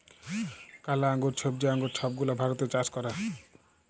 কালা আঙ্গুর, ছইবজা আঙ্গুর ছব গুলা ভারতে চাষ ক্যরে